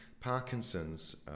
Parkinson's